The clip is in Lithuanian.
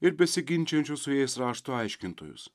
ir besiginčijančius su jais rašto aiškintojus